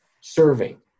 serving